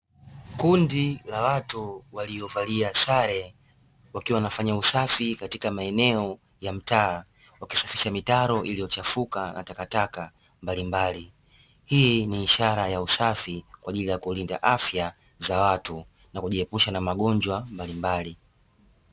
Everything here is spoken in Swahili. Kundi la watu waliovalia sare wakiwa wanafanya usafi katika maeneo ya mtaa, wakisafisha mitaro iliyochafuka na takataka mbalimbali. Hii ni ishara ya usafi kwa ajili ya kulinda afya za watu na kujiepusha na magonjwa mbalimbali.